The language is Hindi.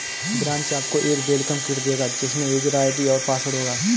ब्रांच आपको एक वेलकम किट देगा जिसमे यूजर आई.डी और पासवर्ड होगा